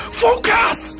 focus